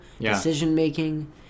decision-making